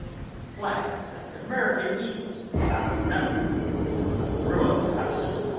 and flags, and american eagles out of number ruined houses,